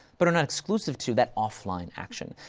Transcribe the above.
but are not exclusive to, that offline action.